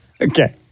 Okay